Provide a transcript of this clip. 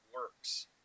works